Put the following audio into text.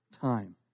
time